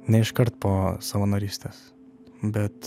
ne iškart po savanorystės bet